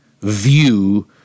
view